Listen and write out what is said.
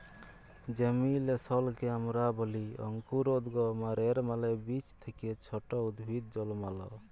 জেমিলেসলকে আমরা ব্যলি অংকুরোদগম আর এর মালে বীজ থ্যাকে ছট উদ্ভিদ জলমাল